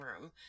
room